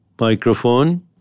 microphone